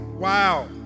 Wow